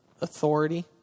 authority